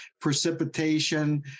precipitation